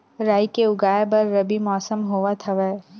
राई के उगाए बर रबी मौसम होवत हवय?